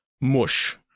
mush